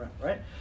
right